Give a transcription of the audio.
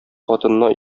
хатынына